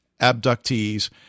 abductees